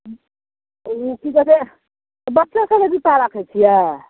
ओ कि कहै छै बच्चे सभके जुत्ता राखै छिए